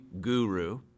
guru